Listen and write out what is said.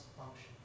function